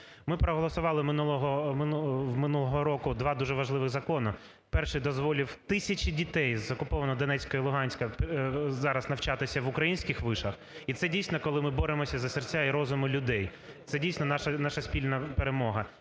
Ми проголосували минулого року два дуже важливих закони. Перший дозволи тисячі дітей з окупованого Донецька і Луганська зараз навчатись в українських вишах. І це, дійсно, коли ми боремося за серця і розуми людей, це, дійсно, наша спільна перемога.